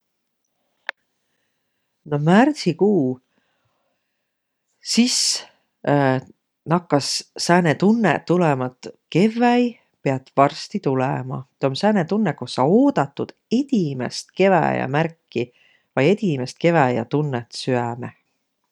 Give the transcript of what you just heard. No märdsikuu, sis nakkas sääne tunnõq tulõma, et kevväi piät varsti tulõma. Tuu om sääne tunnõq, koh sa oodat tuud edimäst keväjämärki vai edimäst keväjätunnõt süämeh.